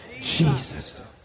Jesus